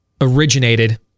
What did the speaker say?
originated